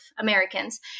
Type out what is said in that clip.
Americans